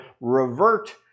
revert